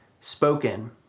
spoken